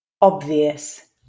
obvious